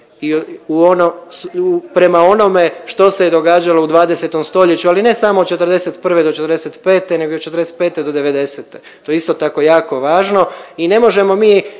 prema onome što se je događalo u dvadesetom stoljeću, ali ne samo od '41. do '45. nego od '45. do '90.-te. To je isto tako jako važno i ne možemo mi